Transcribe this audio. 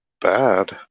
bad